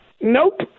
Nope